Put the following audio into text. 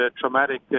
traumatic